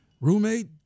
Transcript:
roommate